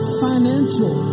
financial